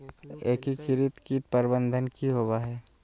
एकीकृत कीट प्रबंधन की होवय हैय?